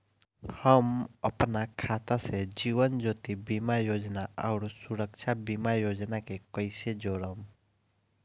हम अपना खाता से जीवन ज्योति बीमा योजना आउर सुरक्षा बीमा योजना के कैसे जोड़म?